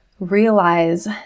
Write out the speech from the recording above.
Realize